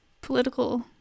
political